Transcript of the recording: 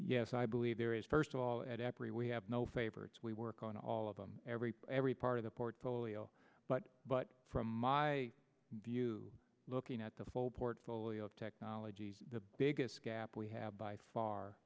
yes i believe there is first of all at every we have no favorites we work on all of them every every part of the portfolio but but from my view looking at the whole portfolio of technologies the biggest gap we have by far